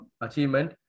achievement